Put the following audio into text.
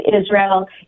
Israel